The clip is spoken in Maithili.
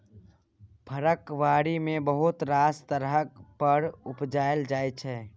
फरक बारी मे बहुत रास तरहक फर उपजाएल जाइ छै